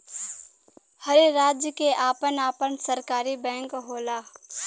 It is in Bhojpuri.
हर राज्य के आपन आपन सरकारी बैंक होला